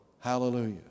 Hallelujah